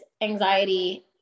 anxiety